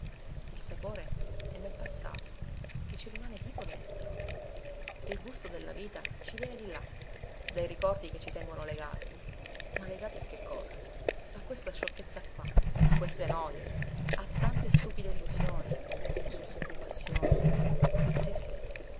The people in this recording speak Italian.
il sapore è nel passato che ci rimane vivo dentro il gusto della vita ci viene di là dai ricordi che ci tengono legati ma legati a che cosa a questa sciocchezza qua a queste noje a tante stupide illusioni insulse occupazioni sì sì